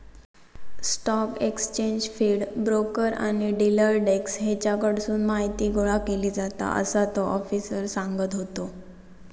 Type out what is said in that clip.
stock exchange feed, broker आणि dealer desk हेच्याकडसून माहीती गोळा केली जाता, असा तो आफिसर सांगत होतो